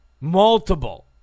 Multiple